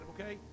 Okay